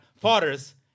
fathers